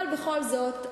אבל בכל זאת,